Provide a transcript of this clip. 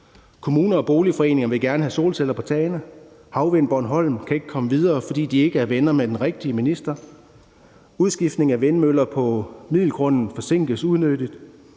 Kommuner og boligforeninger vil gerne have solceller på tagene, Bornholms Havvind kan ikke komme videre, fordi de ikke er venner med den rigtige minister, udskiftning af vindmøller på Middelgrunden forsinkes unødigt,